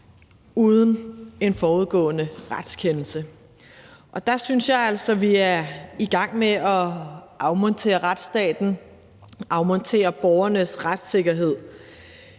uden en forudgående retskendelse. Og der synes jeg altså, at vi er i gang med at afmontere retsstaten, afmontere borgernes retssikkerhed.